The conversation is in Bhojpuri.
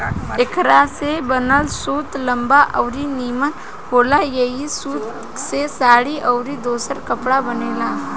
एकरा से बनल सूत लंबा अउरी निमन होला ऐही सूत से साड़ी अउरी दोसर कपड़ा बनेला